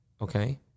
okay